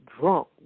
drunk